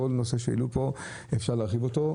כל נושא שהעלו פה אפשר להרחיב עליו.